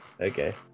Okay